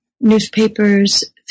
newspapers